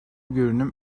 görünüm